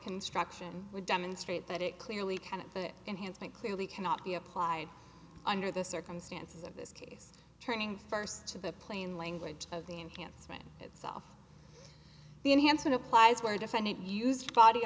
construction would demonstrate that it clearly kind of the enhancement clearly cannot be applied under the circumstances of this case turning first to the plain language of the enhancement itself the enhancement applies where a defendant used body